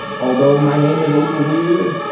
although my name is a little weird,